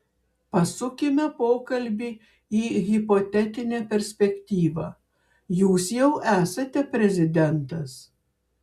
pasukime pokalbį į hipotetinę perspektyvą jūs jau esate prezidentas